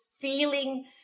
feeling